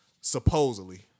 supposedly